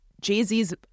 Jay-Z's